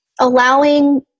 allowing